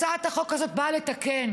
הצעת החוק הזאת באה לתקן.